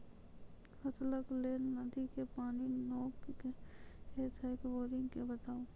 फसलक लेल नदी के पानि नीक हे छै या बोरिंग के बताऊ?